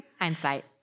Hindsight